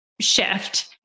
shift